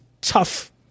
tough